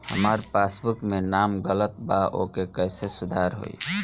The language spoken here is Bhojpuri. हमार पासबुक मे नाम गलत बा ओके कैसे सुधार होई?